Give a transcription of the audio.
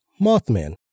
Mothman